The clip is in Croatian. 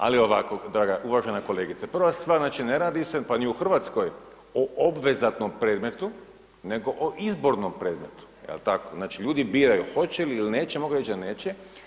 Ali ovako draga uvažena kolegice, prva stvar, znači ne radi se pa ni u Hrvatskoj o obvezatnom predmetu nego o izbornom predmetu, jel' tako, znači ljudi biraju hoće li ili neće, mogu reć da neće.